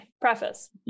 preface